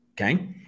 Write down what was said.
okay